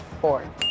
Four